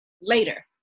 later